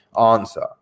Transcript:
answer